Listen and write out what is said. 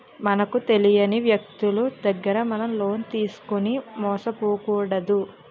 మనకు తెలియని వ్యక్తులు దగ్గర మనం లోన్ తీసుకుని మోసపోకూడదు